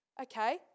okay